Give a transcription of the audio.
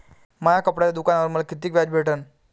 माया कपड्याच्या दुकानावर मले कितीक व्याज भेटन?